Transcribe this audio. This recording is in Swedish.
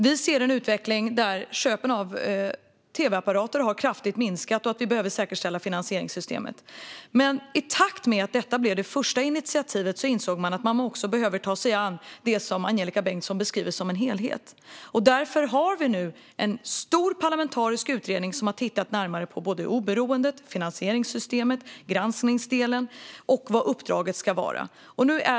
Vi ser en utveckling där köpen av tv-apparater kraftigt har minskat, och vi behöver säkerställa finansieringssystemet. Men i takt med att detta blev det första initiativet insåg man att man också behövde ta sig an det som Angelika Bengtsson beskriver som en helhet. Därför finns nu en stor parlamentarisk utredning som har tittat närmare på oberoendet, finansieringssystemet, granskningsdelen och vad uppdraget ska vara.